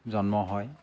জন্ম হয়